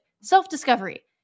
self-discovery